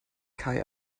kai